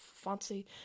Fancy